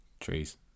trees